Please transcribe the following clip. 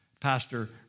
Pastor